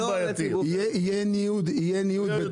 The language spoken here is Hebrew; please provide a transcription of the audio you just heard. יהיה ניוד, אבל הוא יהיה יותר בעייתי.